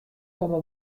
komme